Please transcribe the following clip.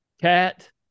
cat